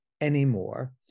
anymore